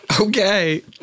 Okay